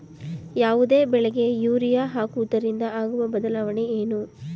ಯಾವುದೇ ಬೆಳೆಗೆ ಯೂರಿಯಾ ಹಾಕುವುದರಿಂದ ಆಗುವ ಬದಲಾವಣೆ ಏನು?